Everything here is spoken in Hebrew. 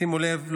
שימו לב,